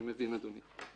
אני מבין, אדוני.